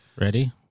Ready